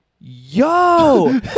yo